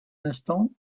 instant